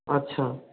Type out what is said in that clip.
আচ্ছা